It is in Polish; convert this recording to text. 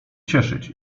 cieszyć